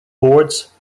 boards